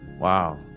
wow